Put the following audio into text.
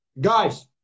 Guys